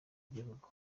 ry’igihugu